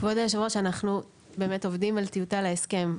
כבוד היו"ר, אנחנו באמת עובדים על טיוטה להסכם.